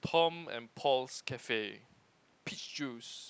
Tom and Paul's cafe peach juice